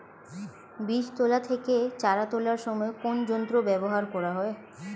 বীজ তোলা থেকে চারা তোলার সময় কোন যন্ত্র ব্যবহার করা হয়?